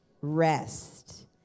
Rest